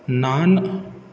naan